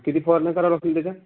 किती फवारण्या करावं लागतील त्याच्या